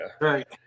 Right